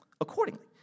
accordingly